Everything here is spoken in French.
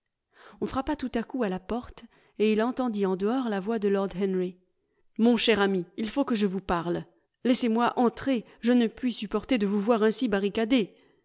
on frappa tout à coup à la porte et il entendit en dehors la voix de lord henry mon cher ami il faut que je vous parle laissez moi entrer je ne puis supporter de vous voir ainsi barricadé